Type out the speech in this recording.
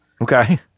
Okay